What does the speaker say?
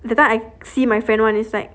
that time I see my friend one is like